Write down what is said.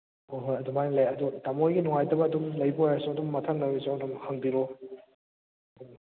ꯍꯣꯏ ꯍꯣꯏ ꯑꯗꯨꯃꯥꯏꯅ ꯂꯩ ꯑꯗꯣ ꯇꯥꯃꯣꯍꯣꯏꯒꯤ ꯅꯨꯡꯉꯥꯏꯇꯕ ꯑꯗꯨꯝ ꯂꯩꯕ ꯑꯣꯏꯔꯁꯨ ꯑꯗꯨꯝ ꯃꯊꯪꯗ ꯑꯣꯏꯔꯁꯨ ꯑꯗꯨꯝ ꯍꯪꯕꯤꯔꯛꯑꯣ